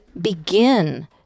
begin